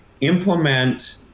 implement